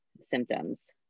symptoms